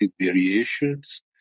variations